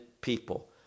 people